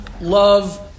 love